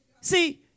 See